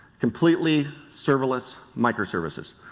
completely serverless micro services.